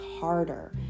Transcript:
harder